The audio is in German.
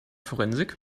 forensik